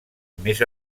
més